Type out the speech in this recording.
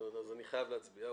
כלומר אני חייב להצביע.